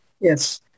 Yes